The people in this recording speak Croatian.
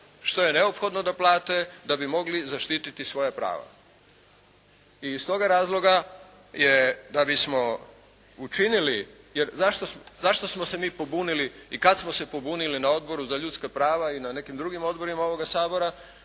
što je neophodno da plate da bi mogli zaštititi svoja prava. Iz toga razloga je da bismo učinili, jer zašto smo se mi pobunili i kad smo se pobunili na Odboru za ljudska prava i na nekim drugim odborima ovoga Sabora,